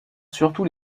surtout